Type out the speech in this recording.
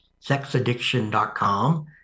sexaddiction.com